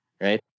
right